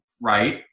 right